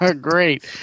Great